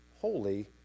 holy